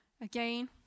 again